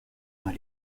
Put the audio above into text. par